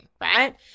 right